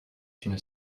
une